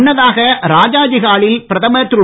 முன்னதாக ராஜாதி ஹாலில் பிரதமர் திரு